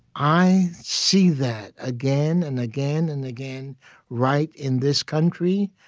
i see that again and again and again right in this country,